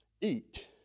eat